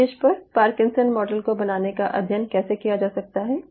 एक डिश पर Parkinson's model को बनाने का अध्ययन कैसे किया जा सकता है